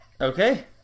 Okay